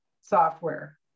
software